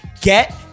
Get